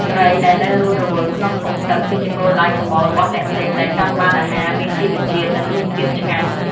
ត្រីដែលនៅរស់រវើកក្នុងធុងទឹក គឺជាគោលដៅចម្បងរបស់អ្នកទិញដែលចង់បានអាហារមានជីវជាតិនិងរសជាតិឆ្ងាញ់។